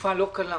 תקופה לא קלה,